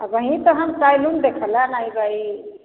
अब ही तो हम सैलून देखना नहीं गए